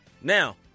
Now